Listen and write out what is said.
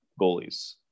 goalies